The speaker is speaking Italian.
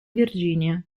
virginia